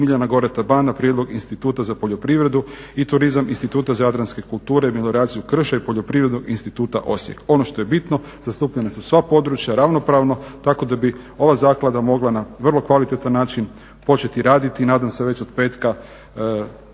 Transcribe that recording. Smiljana Goreta Ban na prijedlog instituta za poljoprivredu i turizam instituta za jadranske kulture, melioraciju krša i poljoprivrednog instituta Osijek. Ono što je bitno zastupljena su sva područja ravnopravno tako da bi ova zaklada mogla na kvalitetan način početi raditi nadam se već od petka